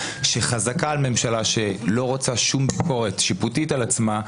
שחזקה על ממשלה שלא רוצה שום ביקורת שיפוטית על עצמה,